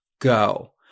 go